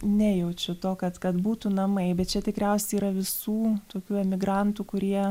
nejaučiu to kad kad būtų namai bet čia tikriausiai yra visų tokių emigrantų kurie